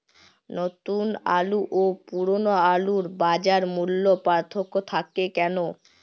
নতুন আলু ও পুরনো আলুর বাজার মূল্যে পার্থক্য থাকে কেন?